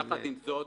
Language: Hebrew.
עם זאת,